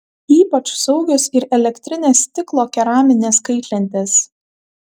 ypač saugios ir elektrinės stiklo keraminės kaitlentės